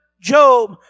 Job